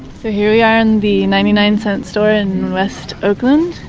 so here we are in the ninety nine cents store in west oakland